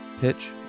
pitch